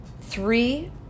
three